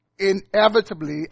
inevitably